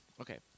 Okay